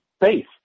faith